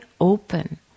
open